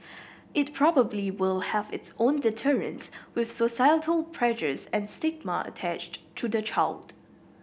it probably will have its own deterrents with societal pressures and stigma attached to the child